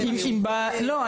לא.